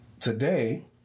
Today